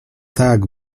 tak